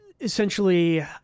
essentially